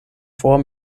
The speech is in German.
vor